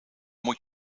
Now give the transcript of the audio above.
moet